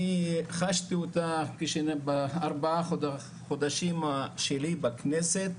אני חשתי אותה בארבעה החודשים שלי בכנסת,